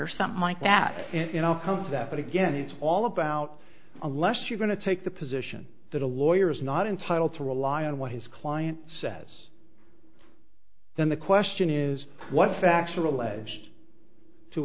or something like that and i'll come to that but again it's all about unless you're going to take the position that a lawyer is not entitled to rely on what his client says then the question is what